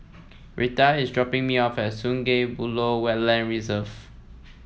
Rheta is dropping me off at Sungei Buloh Wetland Reserve